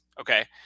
okay